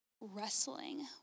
wrestling